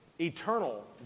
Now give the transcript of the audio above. Eternal